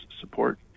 support